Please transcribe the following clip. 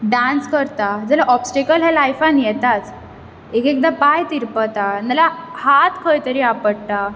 dance करता जाल्यार obstacle हें लायफान येताच एक एकदां पांय तिरपता ना जाल्यार हात खंय तरी आपडटा